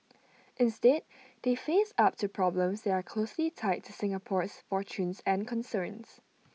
instead they face up to problems that are closely tied to Singapore's fortunes and concerns